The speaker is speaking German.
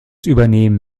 übernehmen